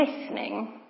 listening